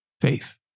faith